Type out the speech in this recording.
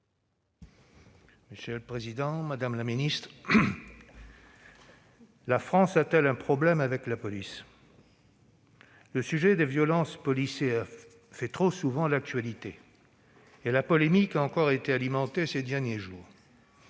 La France a-t-elle un problème avec la police ? Le sujet des violences policières fait trop souvent l'actualité et la polémique a encore été alimentée ces derniers jours.